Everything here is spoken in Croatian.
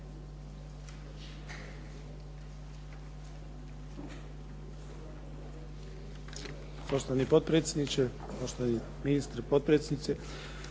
Poštovani potpredsjedniče. Poštovani ministre, potpredsjednici.